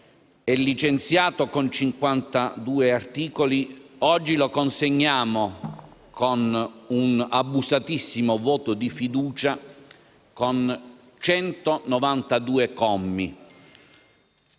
licenziato con 52 articoli, e che oggi consegniamo, con un abusatissimo voto di fiducia, con 192 commi.